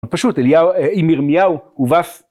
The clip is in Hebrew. פשוט אם ירמיהו הובס